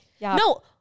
No